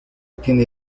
tiene